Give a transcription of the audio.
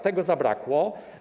Tego zabrakło.